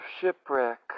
Shipwreck